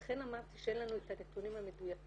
לכן אמרתי שאין לנו את הנתונים המדויקים.